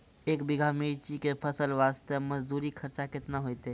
एक बीघा मिर्ची के फसल वास्ते मजदूरी खर्चा केतना होइते?